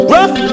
Rough